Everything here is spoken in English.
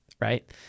Right